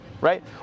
right